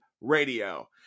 Radio